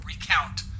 recount